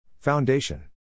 Foundation